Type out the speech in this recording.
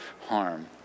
harm